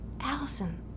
Allison